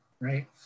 right